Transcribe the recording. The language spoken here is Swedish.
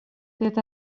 det